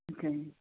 ਅੱਛਾ ਜੀ